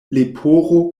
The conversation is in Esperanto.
leporo